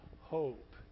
hope